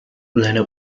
seine